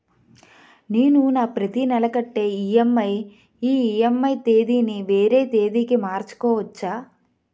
నేను నా ప్రతి నెల కట్టే ఈ.ఎం.ఐ ఈ.ఎం.ఐ తేదీ ని వేరే తేదీ కి మార్చుకోవచ్చా?